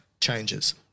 changes